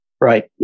Right